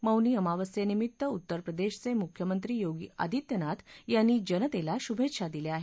मौनी अमावस्येनिमित्त उत्तर प्रदेशचे मुख्यमंत्री योगी आदित्यनाथ यांनी जनतेला शुभेच्छा दिल्या आहेत